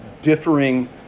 differing